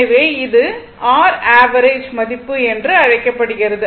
எனவே இது r average மதிப்பு என்று அழைக்கப்படுகிறது